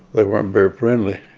they weren't very friendly.